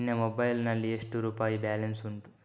ನಿನ್ನ ಮೊಬೈಲ್ ನಲ್ಲಿ ಎಷ್ಟು ರುಪಾಯಿ ಬ್ಯಾಲೆನ್ಸ್ ಉಂಟು?